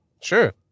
Sure